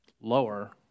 lower